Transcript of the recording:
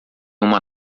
uma